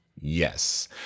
Yes